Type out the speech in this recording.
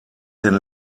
den